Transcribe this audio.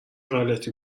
غلتی